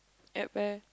at where